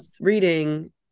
reading